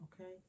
okay